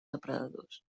depredadors